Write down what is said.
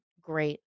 great